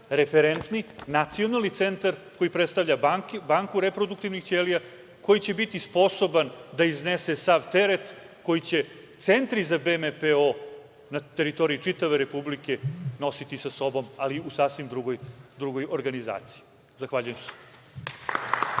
referentni nacionalni centar koji predstavlja banku reproduktivnih ćelija koji će biti sposoban da iznese sav teret koji će centri za BMPO na teritoriji čitave Republike nositi sa sobom, ali u sasvim drugoj organizaciji. Zahvaljujem